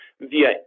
via